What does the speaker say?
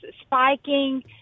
spiking